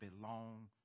belong